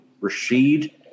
Rashid